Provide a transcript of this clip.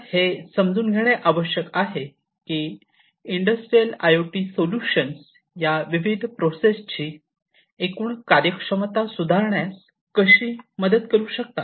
आपल्याला हे समजून घेणे आवश्यक आहे की इंडस्ट्रियलआयओटी सोल्यूशन्स या विविध प्रोसेस ची एकूण कार्यक्षमता सुधारण्यात कशी मदत करू शकतात